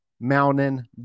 Mountain